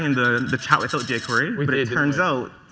and the the chat without jquery. but it turns out